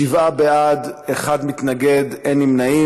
שבעה בעד, אחד מתנגד, אין נמנעים.